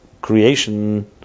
creation